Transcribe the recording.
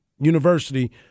University